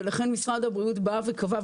ולכן משרד הבריאות בא וקבע,